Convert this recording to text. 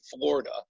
Florida